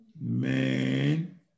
Man